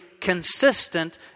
consistent